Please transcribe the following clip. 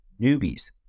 newbies